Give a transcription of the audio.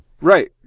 Right